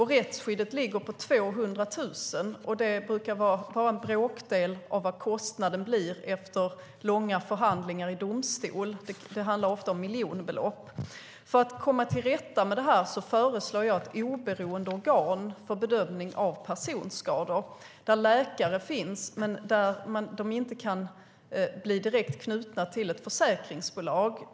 Rättsskyddet ligger på 200 000, vilket brukar vara en bråkdel av vad kostnaden blir efter långa förhandlingar i domstol. Det handlar ofta om miljonbelopp. För att komma till rätta med problemet föreslår jag att det inrättas ett oberoende organ för bedömning av personskador. Där ska finnas läkare, men de ska inte vara direkt knutna till ett försäkringsbolag.